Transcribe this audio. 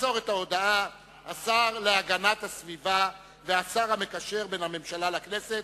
ימסור את ההודעה השר להגנת הסביבה והשר המקשר בין הממשלה לכנסת,